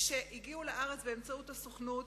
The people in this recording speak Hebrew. שהגיעו לארץ באמצעות הסוכנות,